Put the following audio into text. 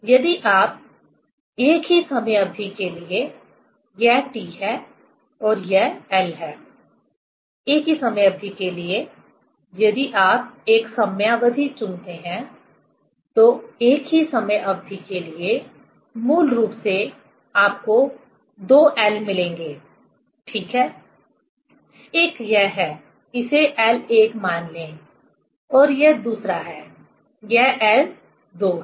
यदि आप एक ही समय अवधि के लिए यह T है और यह l है एक ही समय अवधि के लिए यदि आप एक समयावधि चुनते हैं तो एक ही समय अवधि के लिए मूल रूप से आपको दो l मिलेंगे ठीक है एक यह है इसे l1 मान ले और यह दूसरा है यह l2 है ठीक है